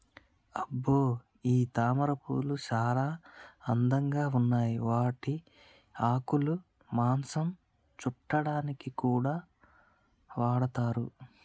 అబ్బో గీ తామరపూలు సానా అందంగా ఉన్నాయి వాటి ఆకులు మాంసం సుట్టాడానికి కూడా వాడతున్నారు